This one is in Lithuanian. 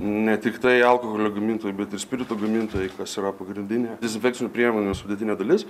ne tiktai alkoholio gamintojai bet ir spirito gamintojai kas yra pagrindinė dezinfekcinių priemonių sudėtinė dalis